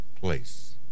place